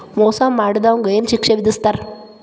ಮೋಸಾ ಮಾಡಿದವ್ಗ ಏನ್ ಶಿಕ್ಷೆ ವಿಧಸ್ತಾರ?